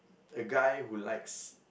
a guy who likes